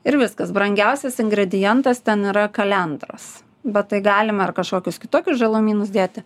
ir viskas brangiausias ingredientas ten yra kalendros bet tai galim ar kažkokius kitokius žalumynus dėti